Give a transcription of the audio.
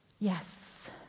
yes